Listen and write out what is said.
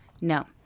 No